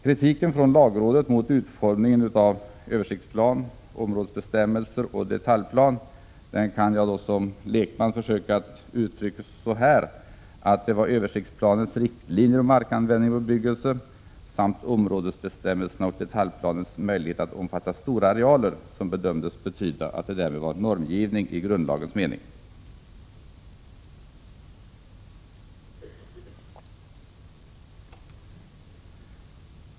Kritiken från lagrådet mot utformningen av översiktsplan, områdesbestämmelser och detaljplan kan jag som lekman försöka uttrycka så, att översiktsplanens riktlinjer för markanvändning och bebyggelse samt områdesbestämmelserna och detaljplanens möjligheter att omfatta stora arealer bedömdes betyda att det var normgivning i grundlagens mening.